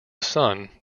son